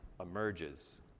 emerges